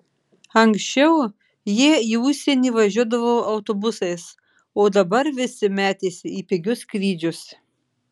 anksčiau jie į užsienį važiuodavo autobusais o dabar visi metėsi į pigius skrydžius